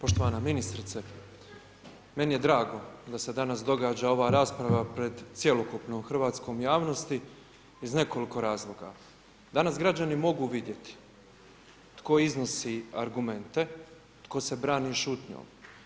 Poštovana ministrice meni je drago da se danas događa ova rasprava pred cjelokupnom hrvatskom javnosti iz nekoliko razloga, danas građani mogu vidjeti tko iznosi argumente i tko se brani šutnjom.